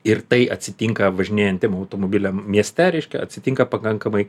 ir tai atsitinka važinėjantiem automobiliam mieste reiškia atsitinka pakankamai